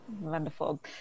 Wonderful